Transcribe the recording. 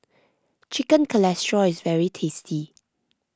Chicken Casserole is very tasty